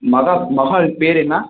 மஹா மஹால் பேயரு என்ன